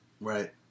Right